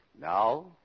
Now